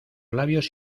labios